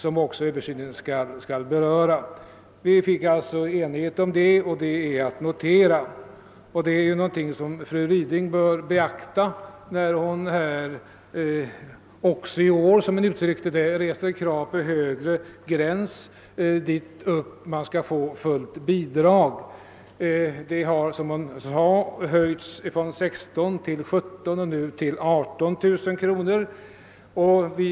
Vi uppnådde som sagt enighet härom, och det bör fru Ryding beakta när hon också i år reser krav på att fullt bidrag skall utgå vid en högre inkomstgräns. Denna gräns har, som fru Ryding sade, höjts från 16 000 till 18 000 kronor.